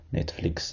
Netflix